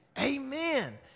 Amen